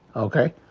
okay?